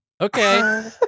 Okay